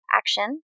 action